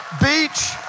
beach